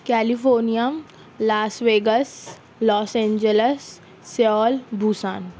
California Las Vegas Los Angeles Seoul Busan